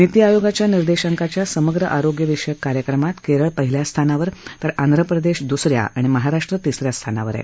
नीती आयोगाच्या निर्देशाकांच्या समग्र आरोग्य विषयक कार्यक्रमात केरळ पहिल्या स्थानावर तर आंध्रप्रदेश दुसऱ्या तर महाराष्ट्र तिसऱ्या स्थानी आहे